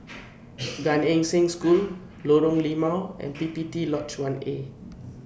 Gan Eng Seng School Lorong Limau and P P T Lodge one A